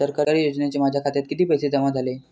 सरकारी योजनेचे माझ्या खात्यात किती पैसे जमा झाले?